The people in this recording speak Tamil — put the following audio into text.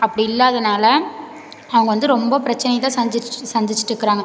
அப்படி இல்லாதனால் அவங்க வந்து ரொம்ப பிரச்சினைய தான் சந்திச்சு சந்திச்சிட்டுருக்குறாங்க